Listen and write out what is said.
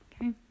Okay